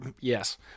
Yes